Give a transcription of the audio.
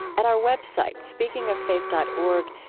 at our web site, speakingoffaith dot org,